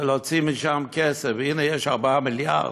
להוציא משם כסף, והנה, יש 4 מיליארד,